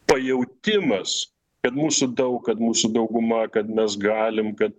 pajautimas kad mūsų daug kad mūsų dauguma kad mes galim kad